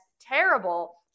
terrible